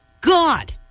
god